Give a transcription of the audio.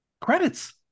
credits